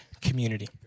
community